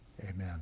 Amen